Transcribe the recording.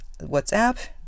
WhatsApp